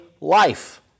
life